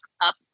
up